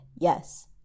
Yes